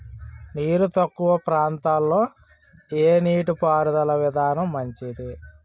నీరు తక్కువ ప్రాంతంలో ఏ నీటిపారుదల విధానం మంచిది?